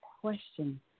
question